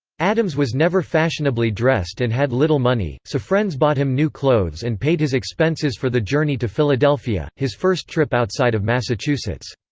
adams was never fashionably dressed and had little money, so friends bought him new clothes and paid his expenses for the journey to philadelphia, his first trip outside of massachusetts.